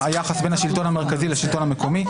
היחס בין השלטון המרכזי לשלטון המקומי.